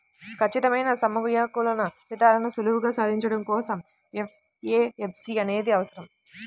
ఖచ్చితమైన సమయానుకూల ఫలితాలను సులువుగా సాధించడం కోసం ఎఫ్ఏఎస్బి అనేది అవసరం